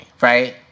right